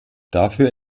dafür